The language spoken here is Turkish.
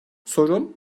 sorun